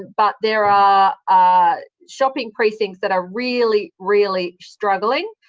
but there are shopping precincts that are really, really struggling.